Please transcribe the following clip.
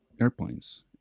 airplanes